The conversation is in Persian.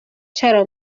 چرا